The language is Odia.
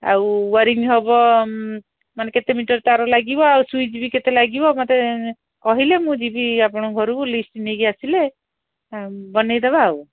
ଆଉ ଓୟାରିଂ ହବ ମାନେ କେତେ ମିଟର ତାର ଲାଗିବ ଆଉ ସୁଇଚ୍ ବି କେତେ ଲାଗିବ ମତେ କହିଲେ ମୁଁ ଯିବି ଆପଣଙ୍କ ଘରକୁ ଲିଷ୍ଟ୍ ନେଇକି ଆସିଲେ ବନେଇଦବା ଆଉ